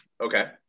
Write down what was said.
Okay